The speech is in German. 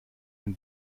ein